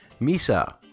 Misa